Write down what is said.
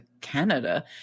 Canada